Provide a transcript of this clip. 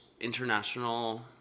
international